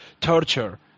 torture